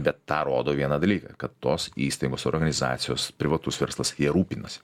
bet tą rodo vieną dalyką kad tos įstaigos organizacijos privatus verslas jie rūpinasi